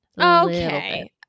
Okay